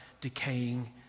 decaying